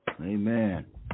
Amen